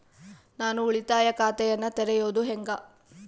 ನಾನು ಉಳಿತಾಯ ಖಾತೆಯನ್ನ ತೆರೆಯೋದು ಹೆಂಗ?